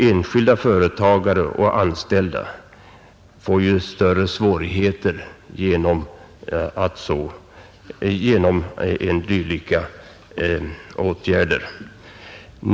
Enskilda företagare och deras anställda får ju större svårigheter genom dylika åtgärder.